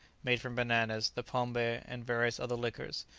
made from bananas, the pombe, and various other liquors.